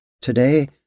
Today